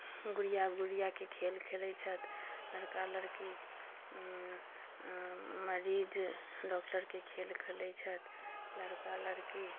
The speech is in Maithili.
गुड़िया गुड़ियाके खेल खेलैत छथि लड़का लड़की मरीज डॉक्टरके खेल खेलैत छथि लड़का लड़की